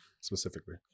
specifically